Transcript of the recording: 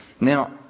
Now